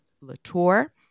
Latour